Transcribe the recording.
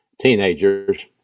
teenagers